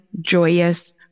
joyous